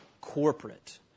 corporate